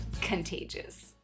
contagious